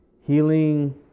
Healing